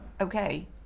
okay